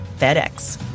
FedEx